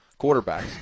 quarterbacks